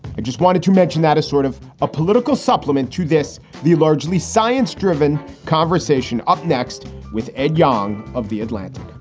i just wanted to mention that as sort of a political supplement to this, the largely science driven conversation up next with ed young of the atlantic,